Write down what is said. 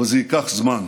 אבל זה ייקח זמן,